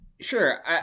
Sure